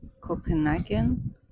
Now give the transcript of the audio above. copenhagen